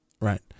right